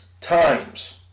times